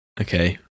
okay